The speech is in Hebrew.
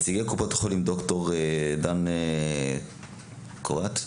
ד"ר דן קרת,